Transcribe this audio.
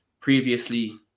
previously